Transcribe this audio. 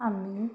आम्ही